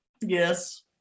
Yes